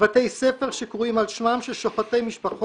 בבתי ספר שקרויים על שמם של שוחטי משפחות,